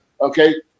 okay